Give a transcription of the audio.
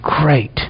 Great